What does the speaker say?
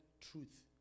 truth